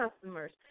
customers